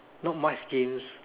not much games